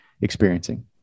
experiencing